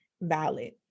valid